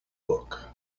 book